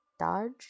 Dodge